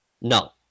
No